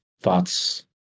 thoughts